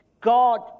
God